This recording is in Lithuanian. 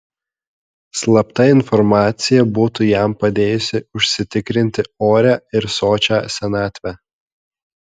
slapta informacija būtų jam padėjusi užsitikrinti orią ir sočią senatvę